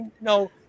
No